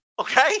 Okay